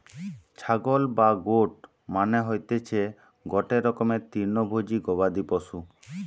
ছাগল বা গোট মানে হতিসে গটে রকমের তৃণভোজী গবাদি পশু